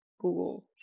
Google